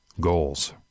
goals